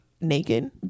naked